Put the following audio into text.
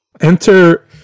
Enter